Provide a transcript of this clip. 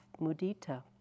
mudita